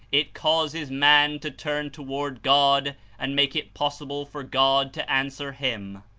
it causes man to turn toward god and make it possible for god to answer him.